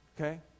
okay